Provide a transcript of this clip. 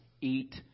eat